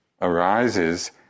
arises